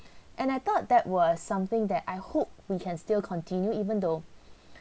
and I thought that was something that I hope we can still continue even though